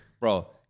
Bro